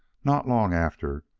not long after,